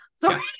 sorry